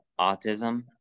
autism